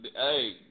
Hey